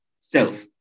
self